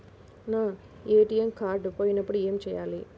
నా ATM card పోయినప్పుడు ఏమి చేయాలి?